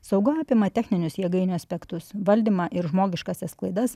sauga apima techninius jėgainių aspektus valdymą ir žmogiškąsias klaidas